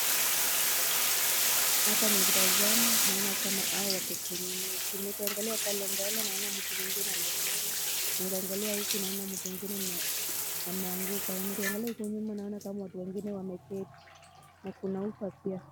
Hapa nikitazama naona ni kama hawa wako kwenye mechi. Ukiangalia pale mbele naona mtu mwingine amesimama nikiangalia huku naona kuna mtu mwingine ameanguka na nikiangalia huku naona kama watu wengine wameketi na kuna ufa pia.